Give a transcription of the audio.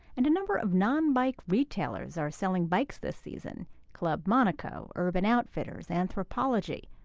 and a number of non-bike retailers are selling bikes this season club monaco, urban outfitters, anthropologie.